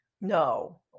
No